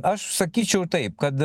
aš sakyčiau taip kad